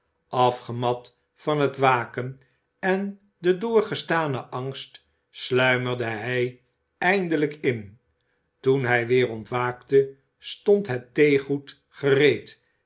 afgemat van het waken en den doorgestanen angst sluimerde hij eindelijk in toen hij weer ontwaakte stond het theegoed gereed